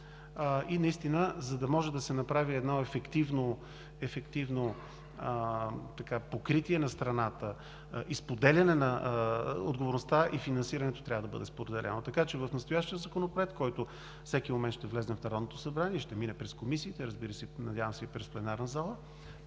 разумна, а за да може да се направи едно ефективно покритие на страната, споделянето на отговорността и финансирането трябва да бъдат споделени, така че в настоящия законопроект, който всеки момент ще влезе в Народното събрание, ще мине през комисиите, разбира се, надявам се и през пленарната зала.